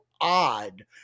odd